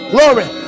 Glory